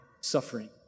suffering